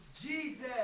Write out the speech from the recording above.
Jesus